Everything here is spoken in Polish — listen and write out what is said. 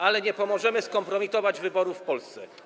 Ale nie pomożemy skompromitować wyborów w Polsce.